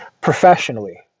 Professionally